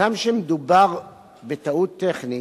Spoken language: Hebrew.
הגם שמדובר בטעות טכנית,